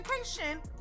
education